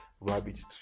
rabbit